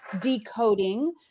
decoding